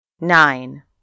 Nine